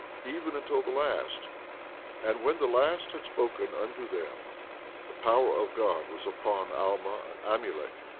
even until the last and when the last had spoken unto them the power of god was upon alma and amulek,